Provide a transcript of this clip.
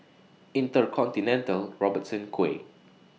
InterContinental Robertson Quay